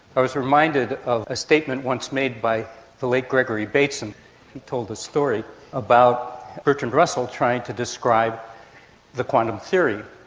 i was reminded of a statement once made by the late gregory bateson who told a story about bertrand russell trying to describe the quantum theory.